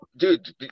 Dude